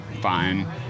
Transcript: fine